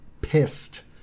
pissed